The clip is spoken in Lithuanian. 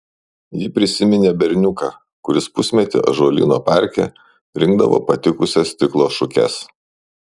ji prisiminė berniuką kuris pusmetį ąžuolyno parke rinkdavo patikusias stiklo šukes